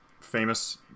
famous